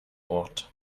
ort